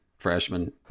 freshman